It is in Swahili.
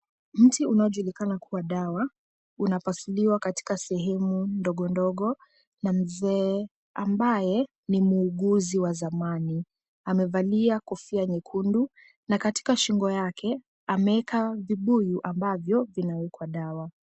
Mti unaojulikana kuwa dawa unapasuliwa katika sehemu ndogondogo na mzee ambaye ni muuguzi wa zamani. Amevalia kofia nyekundu na katika shingo yake ameeka vibuyu ambavyo vinawekwa dawa.